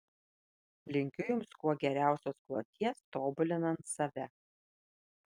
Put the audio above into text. linkiu jums kuo geriausios kloties tobulinant save